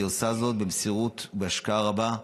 היא עושה זאת במסירות ובהשקעה רבה.